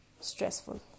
stressful